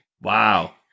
Wow